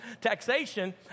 taxation